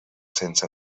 sense